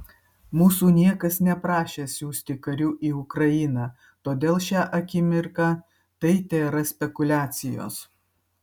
mūsų niekas neprašė siųsti karių į ukrainą todėl šią akimirką tai tėra spekuliacijos